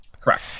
Correct